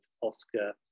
Oscar